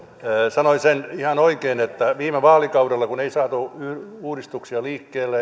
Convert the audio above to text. sanoi sen ihan oikein että viime vaalikaudella kun ei saatu uudistuksia liikkeelle